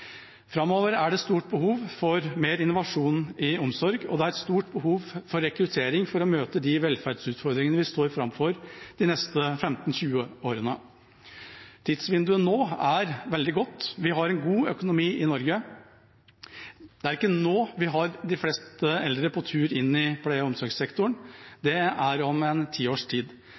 Framover er det et stort behov for mer innovasjon i omsorg, og det er et stort behov for rekruttering for å møte de velferdsutfordringene vi står framfor de neste 15–20 årene. Tidsvinduet er veldig godt nå. Vi har god økonomi i Norge. Det er ikke nå vi har de fleste eldre på tur inn i pleie- og omsorgssektoren, det er om ti års tid. Derfor er vinduet akkurat nå veldig godt for en